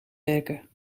werken